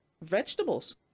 vegetables